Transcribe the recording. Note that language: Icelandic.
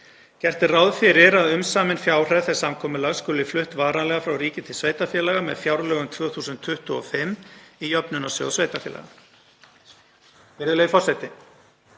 Gert er ráð fyrir að umsamin fjárhæð þess samkomulags skuli flutt varanlega frá ríki til sveitarfélaga með fjárlögum 2025 í Jöfnunarsjóð sveitarfélaga. Virðulegi forseti.